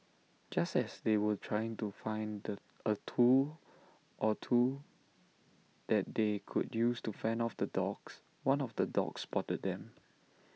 just as they were trying to find the A tool or two that they could use to fend off the dogs one of the dogs spotted them